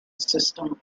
system